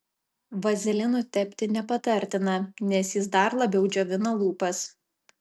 vazelinu tepti nepatartina nes jis dar labiau džiovina lūpas